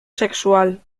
sexual